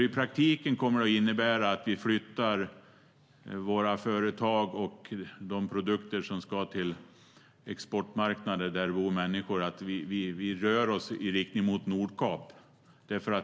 I praktiken kommer det att innebära att vi flyttar våra företag och de produkter som ska till exportmarknader där det bor människor och att vi då rör oss i riktning mot Nordkap.